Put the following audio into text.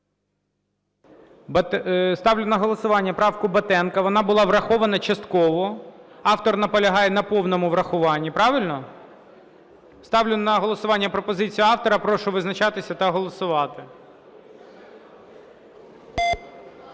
Ставлю на голосування правку Батенка. Вона була врахована частково. Автор наполягає на повному врахуванні, правильно? Ставлю на голосування пропозицію автора. Прошу визначатися та голосувати.